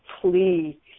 plea